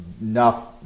enough